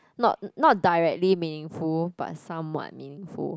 not not directly meaningful but somewhat meaningful